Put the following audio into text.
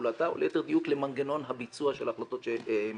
פעולתה או ליתר דיוק למנגנון הביצוע של ההחלטות שמתקבלות.